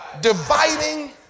dividing